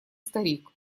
старик